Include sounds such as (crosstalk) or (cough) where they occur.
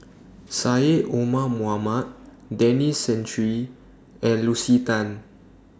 Syed Omar (unintelligible) Denis Santry and Lucy Tan